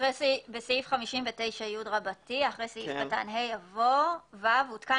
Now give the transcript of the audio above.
בסעיף 59י אחרי סעיף קטן (ה) יבוא: (ו)הותקן